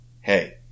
Hey